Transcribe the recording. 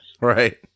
Right